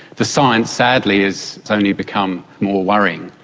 the science sadly has only become more worrying.